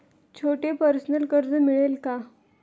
छोटे पर्सनल कर्ज मिळेल का?